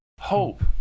hope